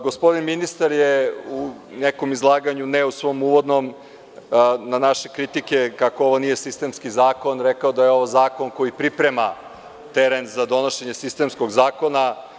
Gospodin ministar je u nekom izlaganju, ne u svom uvodnom, na naše kritike kako ovo nije sistemski zakon rekao da je ovo zakon koji priprema teren za donošenje sistemskog zakona.